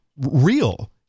real